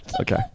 Okay